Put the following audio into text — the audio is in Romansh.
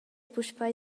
puspei